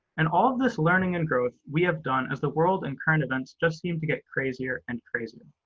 and all of this learning and growth we have done as the world and current events just seem to get crazier and crazier,